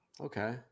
Okay